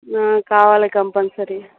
కావాలి కంపల్సరీ